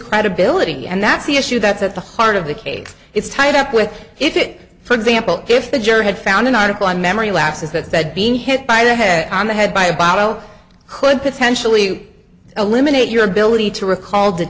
credibility and that's the issue that's at the heart of the case it's tied up with it for example if the jury had found an article on memory lapses that said being hit by the head on the head by a bottle could potentially eliminate your ability to recall